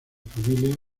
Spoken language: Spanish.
familias